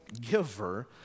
giver